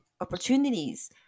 opportunities